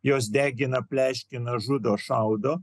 jos degina pleškina žudo šaudo